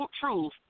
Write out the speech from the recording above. Truth